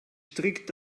strikt